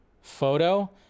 photo